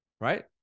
right